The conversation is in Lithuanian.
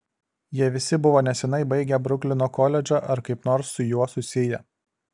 jie visi buvo neseniai baigę bruklino koledžą ar kaip nors su juo susiję